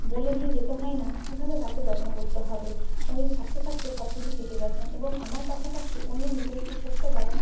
বলে দিয়ে যেতে হয় না কীভাবে গাছের যত্ন করতে হবে উনি থাকতে থাকতে সব কিছু শিখে গেছেন এবং আমার পাশাপাশি উনিও নিজের একটি ছোট্ট বাগান